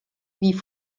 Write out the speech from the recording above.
wie